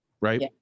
right